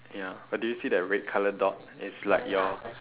ya but did you see the red colour dot it's like your